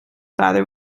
father